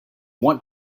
want